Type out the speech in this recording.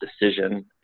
decision